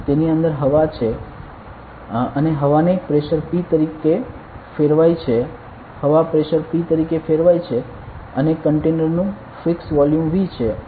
તેની અંદર હવા છે હવા છે અને હવા ને પ્રેશર P તરીકે ફેરવાય છે હવા પ્રેશર P તરીકે ફેરવાઈ છે અને કન્ટેનર નું ફિક્સ્ડ વોલ્યુમ V છે